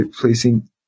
placing